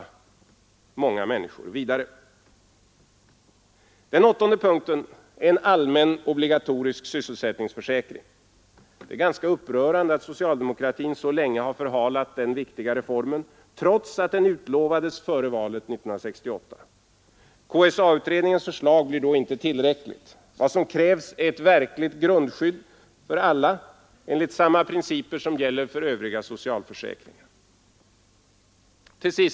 En allmän obligatorisk sysselsättningsförsäkring måste införas. Det är ganska upprörande att socialdemokratin så länge har förhalat denna viktiga reform trots att den utlovades före valet 1968. KSA-utredningens förslag blir då inte tillräckligt. Vad som krävs är ett verkligt grundskydd för alla enligt samma principer som gäller för övriga socialförsäkringar. 9.